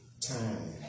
Time